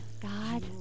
God